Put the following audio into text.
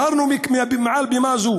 הזהרנו מעל בימה זו